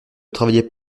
travaillait